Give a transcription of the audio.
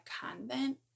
convent